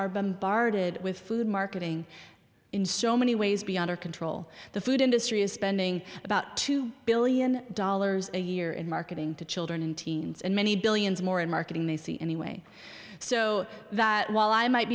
bombarded with food marketing in so many ways beyond our control the food industry is spending about two billion dollars a year in marketing to children and teens and many billions more in marketing they see anyway so that while i might